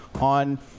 on